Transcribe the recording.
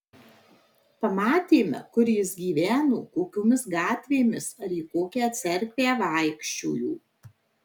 pamatėme kur jis gyveno kokiomis gatvėmis ar į kokią cerkvę vaikščiojo